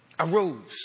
arose